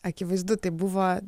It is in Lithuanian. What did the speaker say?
akivaizdu tai buvo